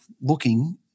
looking